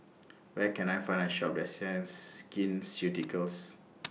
Where Can I Find A Shop that sells Skin Ceuticals